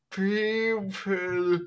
people